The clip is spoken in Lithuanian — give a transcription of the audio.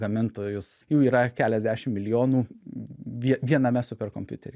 gamintojus jų yra keliasdešim milijonų viename superkompiutery